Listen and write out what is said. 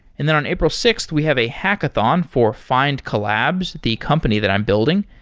and then on april sixth, we have a hackathon for findcollabs, the company that i'm building.